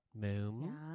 moon